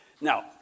Now